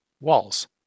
Walls